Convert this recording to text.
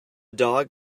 dog